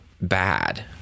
bad